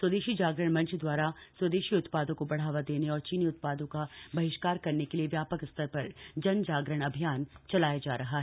स्वदेशी जागरण मंच द्वारा स्वदेशी उत्पादों को बढ़ावा देने और चीनी उत्पादों का बहिष्कार करने के लिए व्यापक स्तर पर जन जागरण अभियान चलाया जा रहा है